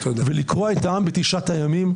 ולקרוע את העם בתשעת הימים,